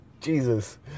jesus